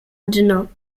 dno